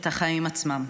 את החיים עצמם.